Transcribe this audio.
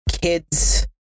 kids